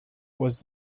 was